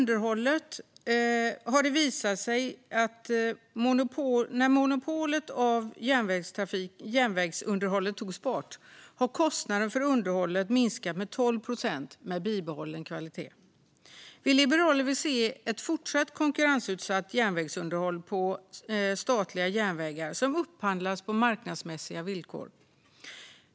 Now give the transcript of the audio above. Det har visat sig att när monopolet för järnvägsunderhållet togs bort minskade kostnaden för underhållet med 12 procent med bibehållen kvalitet. Vi liberaler vill se ett fortsatt konkurrensutsatt järnvägsunderhåll på statliga järnvägar som upphandlas på marknadsmässiga villkor.